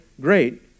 great